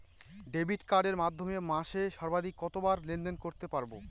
Debit কার্ডের মাধ্যমে মাসে সর্বাধিক কতবার লেনদেন করতে পারবো?